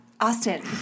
Austin